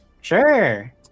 Sure